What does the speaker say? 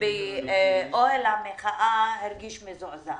באוהל המחאה הרגיש מזועזע.